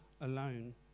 alone